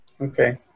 Okay